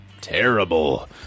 Terrible